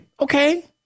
Okay